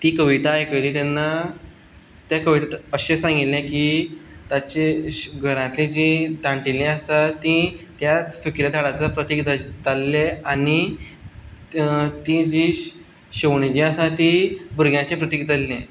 ती कविता आयकली तेन्ना त्या ते कविते अशें सांगिल्लें की ताचे घरांतलीं जीं जाणटेलीं आसा तीं त्या सुकिल्ल्या झाडाचो प्रतीक धरलें आनी तीं जीं शेवणीं जीं आसा तीं भुरग्यांचें प्रतीक धरलें